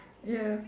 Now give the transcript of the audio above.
ya